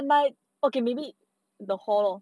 but my okay maybe the hollow